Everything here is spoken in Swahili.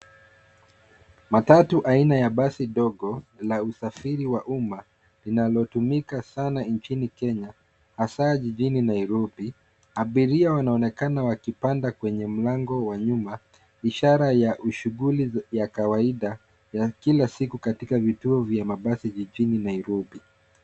Matatu aina basi dogo la usafiri wa umma linalotumika sana inchini Kenya hasa jijini Nairobi, abiria wanaonekana wakipanda kwenye mlango wa nyuma ishara ya shughuli ya kawaida ya kila siku katika vituo vya mabasi jijini Nairobi.